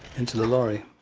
into the lorry.